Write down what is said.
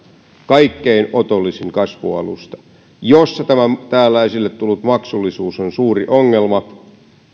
kaikkein otollisin kasvualusta seuran kautta ja siinä täällä esille tullut maksullisuus on suuri ongelma